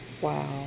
wow